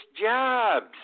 jobs